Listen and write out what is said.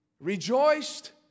rejoiced